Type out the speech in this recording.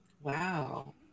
Wow